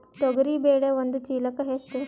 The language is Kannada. ತೊಗರಿ ಬೇಳೆ ಒಂದು ಚೀಲಕ ಎಷ್ಟು?